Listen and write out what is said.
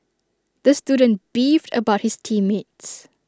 the student beefed about his team mates